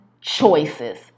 choices